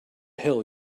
hell